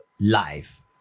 life